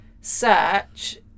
search